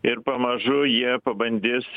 ir pamažu jie pabandys